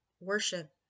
worship